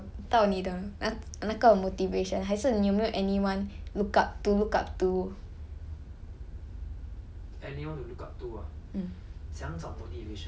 mm and then err 你是讲找到你的那那个 motivation 还是你有没有 anyone look up to look up to